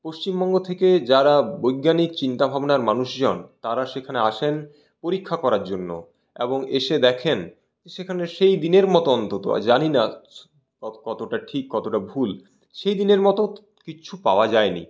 পশ্চিমবঙ্গ থেকে যারা বৈজ্ঞানিক চিন্তাভাবনার মানুষজন তারা সেখানে আসেন পরীক্ষা করার জন্য এবং এসে দেখেন যে সেখানে সেই দিনের মতো অন্তত জানি না কতটা ঠিক কতটা ভুল সেই দিনের মতো কিচ্ছু পাওয়া যায়নি